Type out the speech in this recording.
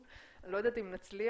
אני לא יודעת אם נצליח,